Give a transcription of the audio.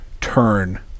turn